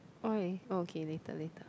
why okay later later